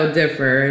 differ